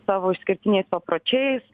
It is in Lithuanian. savo išskirtiniais papročiais